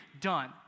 done